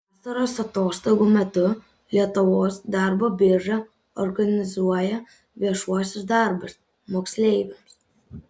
vasaros atostogų metu lietuvos darbo birža organizuoja viešuosius darbus moksleiviams